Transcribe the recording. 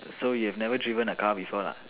so you've never driven a car before lah